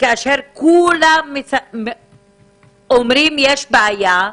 כאשר כולם אומרים שאין בעיה,